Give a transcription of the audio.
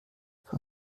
vor